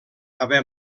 haver